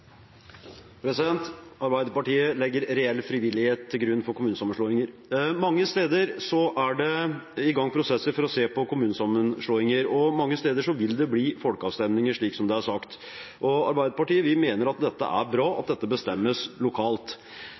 Arbeiderpartiet legger reell frivillighet til grunn for kommunesammenslåinger. Mange steder er det i gang prosesser for å se på kommunesammenslåinger, og mange steder vil det bli folkeavstemning, slik som det er sagt. Arbeiderpartiet mener at det er bra at dette bestemmes lokalt.